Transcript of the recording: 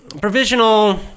Provisional